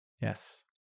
Yes